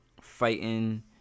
fighting